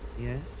yes